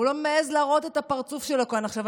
הוא לא מעז להראות את הפרצוף שלו כאן עכשיו.